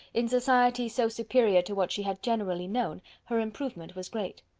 in society so superior to what she had generally known, her improvement was great.